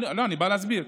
אני בא להסביר,